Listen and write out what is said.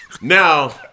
Now